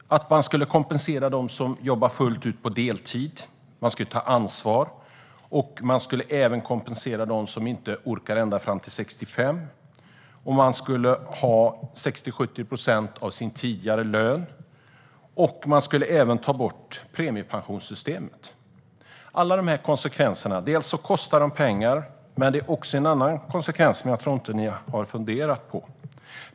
Man skulle fullt ut kompensera dem som jobbar deltid, man skulle ta ansvar, man skulle kompensera dem som inte orkar jobba ända fram till 65, pensionärerna skulle ha 60-70 procent av sin tidigare lön och man skulle även ta bort premiepensionssystemet. Allt detta kostar pengar, men det får också en annan konsekvens som jag tror att ni inte har funderat på.